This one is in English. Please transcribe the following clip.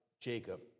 Jacob